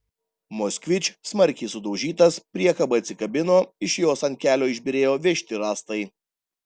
moskvič smarkiai sudaužytas priekaba atsikabino iš jos ant kelio išbyrėjo vežti rąstai